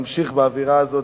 נמשיך באווירה הזאת,